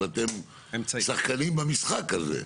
אבל אתם שחקנים במשחקים הזה.